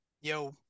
yo